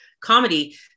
comedy